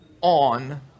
on